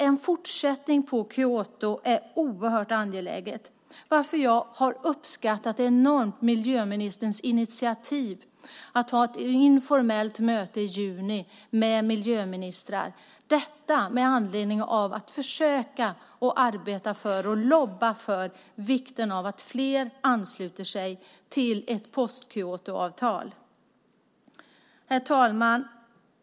En fortsättning på Kyoto är något oerhört angeläget, varför jag enormt har uppskattat miljöministerns initiativ att ha ett informellt möte i juni med miljöministrar i syfte att försöka arbeta och lobba för vikten av att fler ansluter sig till ett post-Kyotoavtal. Herr talman!